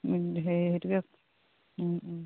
হেৰি সেইটোকে